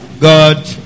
God